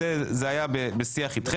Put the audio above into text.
ההיתממות הזאת עכשיו מאוד מאוד מיותרת,